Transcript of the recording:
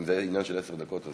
אם זה עניין של עשר דקות,